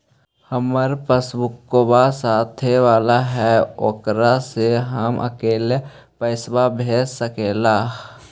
हमार पासबुकवा साथे वाला है ओकरा से हम अकेले पैसावा भेज सकलेहा?